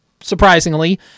Surprisingly